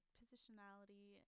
positionality